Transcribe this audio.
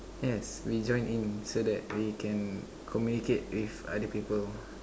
yes we join in so that we can communicate with other people